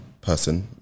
person